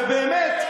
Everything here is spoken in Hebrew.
ובאמת,